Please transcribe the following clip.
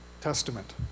Testament